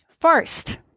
First